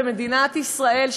במדינת ישראל,